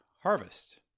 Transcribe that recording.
harvest